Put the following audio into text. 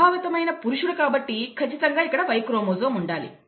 ప్రభావితమైన పురుషుడు కాబట్టి ఖచ్చితంగా ఇక్కడ Y క్రోమోజోమ్ ఉండాలి